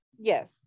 Yes